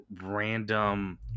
random